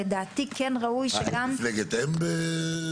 לדעתי ראוי שגם בזה --- אין מפלגת אם בוועדים?